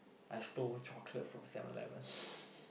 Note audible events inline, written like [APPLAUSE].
I stole chocolate from Seven-Eleven [LAUGHS]